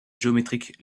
géométrique